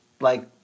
like-